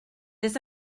this